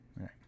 right